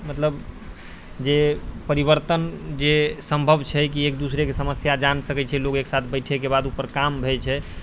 मतलब जे परिवर्तन जे सम्भव छै कि एक दोसराके समस्या जानि सकै छै लोक एक साथ बैठेके बाद ओहिपर काम होइ छै